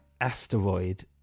asteroid